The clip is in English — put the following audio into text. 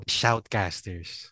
shoutcasters